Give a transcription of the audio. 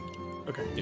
Okay